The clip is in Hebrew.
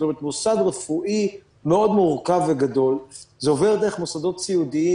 זאת אומרת מוסד רפואי מאוד מורכב וגדול; זה עובר דרך מוסדות סיעודיים